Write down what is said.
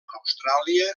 austràlia